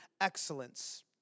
excellence